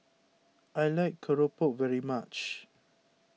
I like Keropok very much